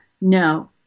No